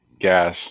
gas